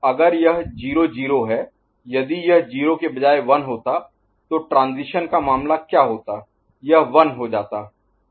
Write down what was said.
तो अगर यह 0 0 है यदि यह 0 के बजाय 1 होता तो ट्रांजीशन का मामला क्या होता यह 1 हो जाता